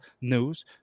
news